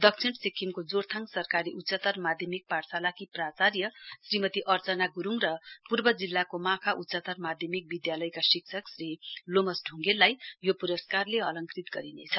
दक्षिण सिक्किमको जोरथाङ सरकारी उच्चतर माध्यमिक पाठशालाकी प्राचायर् श्रीमती अर्चना ग्रुङ र पूर्व जिल्लाको माखा उच्चतर माध्यमिक विद्यालयका शिक्षक श्री लोमस ढुङ्गेललाई यो पुरस्कारले अलंकृत गरिनेछ